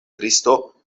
kristo